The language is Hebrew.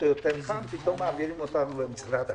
למשרד אחר.